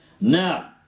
Now